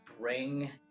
bring